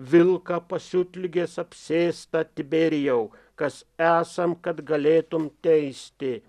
vilką pasiutligės apsėstą tiberijau kas esam kad galėtum teisti